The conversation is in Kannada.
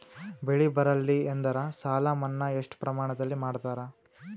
ಬೆಳಿ ಬರಲ್ಲಿ ಎಂದರ ಸಾಲ ಮನ್ನಾ ಎಷ್ಟು ಪ್ರಮಾಣದಲ್ಲಿ ಮಾಡತಾರ?